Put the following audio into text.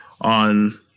on